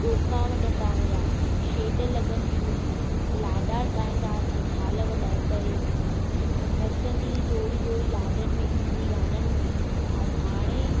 ॾोका वॼंदा हुया छेॼ लॻंदी लाॾा ॻाईंदा हुआसीं थाल वॼाए करे जो नचंदी हुई जोड़ी जोड़ी लाॾनि में सिंधी गाननि में ऐं हाणे